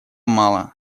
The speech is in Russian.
мало